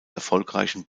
erfolgreichen